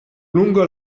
lungo